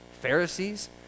Pharisees